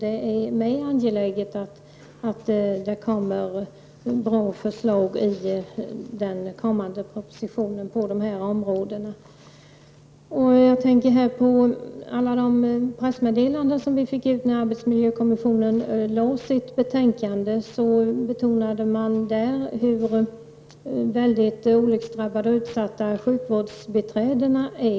Det är enligt min mening angeläget att det i den kommande propositionen finns bra förslag på dessa områden. I alla de pressmeddelanden som kom i samband med att arbetsmiljökommissionen lade fram sitt betänkande betonades hur väldigt olycksdrabbade och utsatta sjukvårdsbiträdena är.